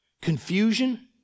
Confusion